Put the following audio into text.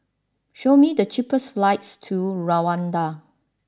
show me the cheapest flights to Rwanda